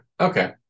Okay